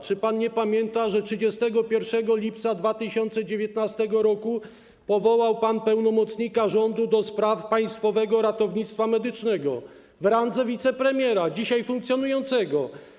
Czy pan nie pamięta, że 31 lipca 2019 r. powołał pan pełnomocnika rządu do spraw Państwowego Ratownictwa Medycznego w randze wicepremiera, dzisiaj funkcjonującego?